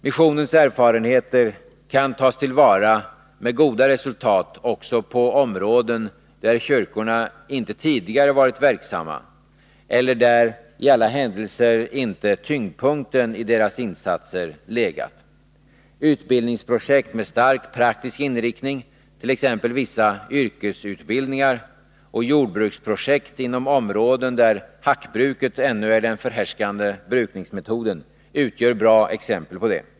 Missionens erfarenheter kan tas till vara med goda resultat också på områden där kyrkorna inte tidigare varit verksamma eller där i alla händelser inte tyngdpunkten i deras insatser har legat. Utbildningsprojekt med stark praktisk inriktning — t.ex. projekt med vissa yrkesutbildningar — och jordbruksprojekt inom områden där hackbruket ännu är den förhärskande brukningsmetoden utgör bra exempel på detta.